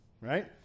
Right